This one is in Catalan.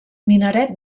minaret